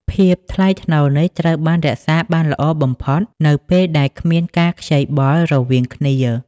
ភាពថ្លៃថ្នូរនេះត្រូវបានរក្សាបានល្អបំផុតនៅពេលដែលគ្មានការខ្ចីបុលរវាងគ្នា។